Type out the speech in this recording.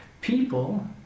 people